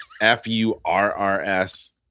f-u-r-r-s